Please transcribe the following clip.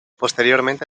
posteriormente